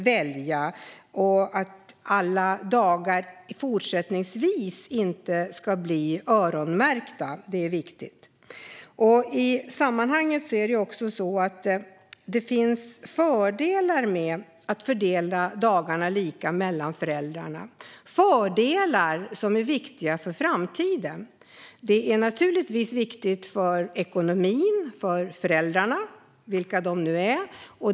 Det är viktigt att alla dagar fortsättningsvis inte blir öronmärkta. Det finns fördelar med att fördela dagarna lika mellan föräldrarna - fördelar som är viktiga för framtiden. Det är naturligtvis viktigt för ekonomin för föräldrarna, vilka de nu är.